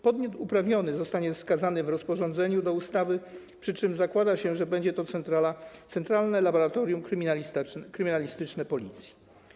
Podmiot uprawniony zostanie wskazany w rozporządzeniu do ustawy, przy czym zakłada się, że będzie to Centralne Laboratorium Kryminalistyczne Policji.